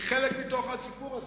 היא חלק מתוך הסיפור הזה.